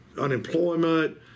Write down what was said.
unemployment